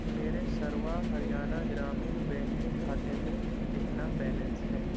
میرے سروا ہریانہ گرامین بینک کے کھاتے میں کتنا بیلینس ہے